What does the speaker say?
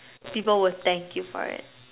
people will thank you for it